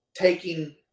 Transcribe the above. taking